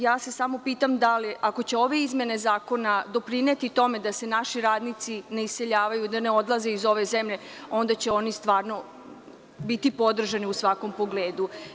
Ja sa samo pitam, ako će ove izmene zakona doprineti tome da se naši radnici ne iseljavaju, da ne odlaze iz ove zemlje, onda će oni stvarno biti podržani u svakom pogledu.